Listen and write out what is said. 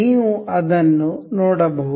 ನೀವು ಅದನ್ನು ನೋಡಬಹುದು